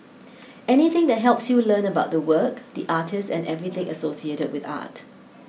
anything that helps you learn about the work the artist and everything associated with art